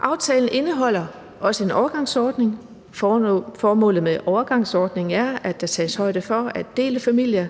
Aftalen indeholder også en overgangsordning. Formålet med overgangsordningen er, at der tages højde for, at delefamilier,